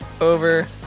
over